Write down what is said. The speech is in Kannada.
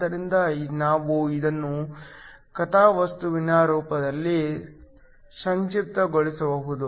ಆದ್ದರಿಂದ ನಾವು ಇದನ್ನು ಕಥಾವಸ್ತುವಿನ ರೂಪದಲ್ಲಿ ಸಂಕ್ಷಿಪ್ತಗೊಳಿಸಬಹುದು